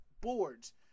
boards